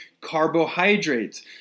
carbohydrates